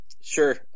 sure